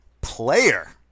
player